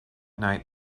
night